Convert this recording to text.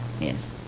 yes